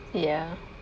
ya